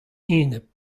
enep